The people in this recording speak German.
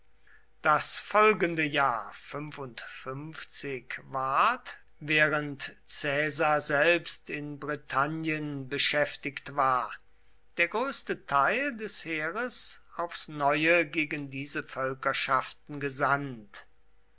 das folgende jahr ward während caesar selbst in britannien beschäftigt war der größte teil des heeres aufs neue gegen diese völkerschaften gesandt